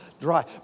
dry